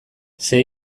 sei